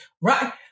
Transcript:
Right